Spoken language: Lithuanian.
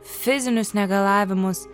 fizinius negalavimus